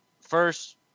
first